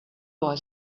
boy